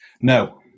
No